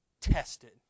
Tested